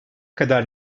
kadar